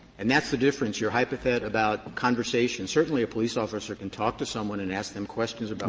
and that's the difference. your hypothet about conversation, certainly a police officer can talk to someone and ask them questions about